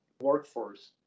workforce